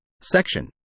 Section